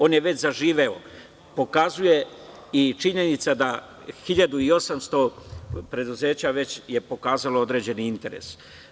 On je već zaživeo, pokazuje i činjenica da je 1.800 preduzeća već pokazalo određeni interes.